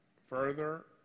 further